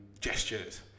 gestures